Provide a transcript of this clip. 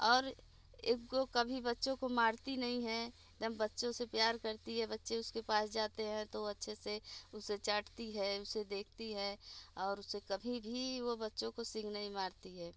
और एक वो कभी बच्चों को मारती नहीं है एक दम बच्चों से प्यार करती है बच्चे उसके पास जाते हैं तो अच्छे से उसे चाटती है उसे देखती है और उसे कभी भी वो बच्चों काे सींघ नहीं मारती है